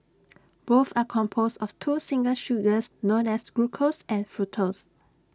both are composed of two simple sugars known as glucose and fructose